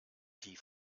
die